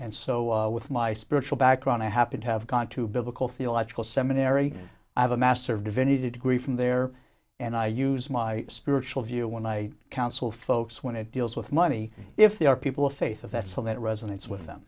and so with my spiritual background i happen to have gone to biblical theological seminary i have a master of divinity degree from there and i use my spiritual view when i counsel folks when it deals with money if they are people